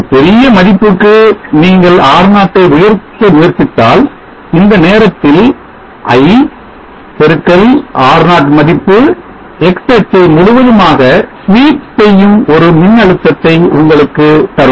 ஒரு பெரிய மதிப்புக்கு நீங்கள் R0 ட்டை உயர்த்த முயற்சித்தால் இந்த நேரத்தில் I x R0 மதிப்பு X அச்சை முழுவதுமாக ஸ்வீப் செய்யும் ஒரு மின்னழுத்தத்தை உங்களுக்கு தரும்